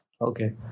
Okay